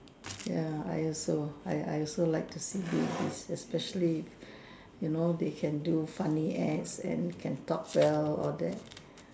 ya I also I I also like to see babies especially if you know they can do funny acts and can talk well all that